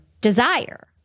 desire